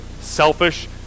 selfish